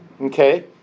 Okay